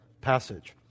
passage